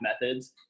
methods